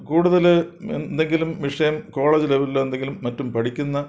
കൂടുതൽ എ എന്തെങ്കിലും വിഷയം കോളേജ് ലെവലെന്തെങ്കിലും മറ്റും പഠിക്കുന്ന